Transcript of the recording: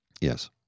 Yes